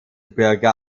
bürger